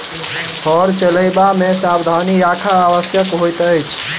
हर चलयबा मे सावधानी राखब आवश्यक होइत अछि